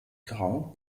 grau